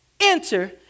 enter